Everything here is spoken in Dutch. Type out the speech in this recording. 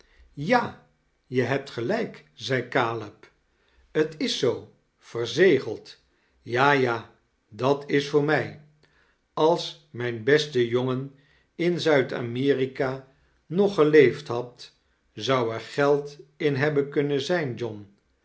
ja je hebt gelijk zei caleb t is zoo verzegeld ja ja dat is voor mij als mijn beste jongen in zuid-amerika nog geleefd had zou er geld in hebben kunnen zijn john